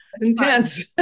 Intense